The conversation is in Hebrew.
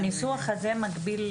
הניסוח הזה מגביל,